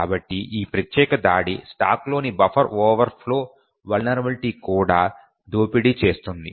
కాబట్టి ఈ ప్రత్యేక దాడి స్టాక్లోని బఫర్ ఓవర్ఫ్లో వలనరబిలిటీ కూడా దోపిడీ చేస్తుంది